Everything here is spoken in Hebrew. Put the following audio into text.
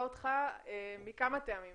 אותך מכמה טעמים.